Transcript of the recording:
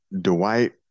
Dwight